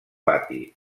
pati